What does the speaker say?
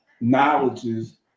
knowledges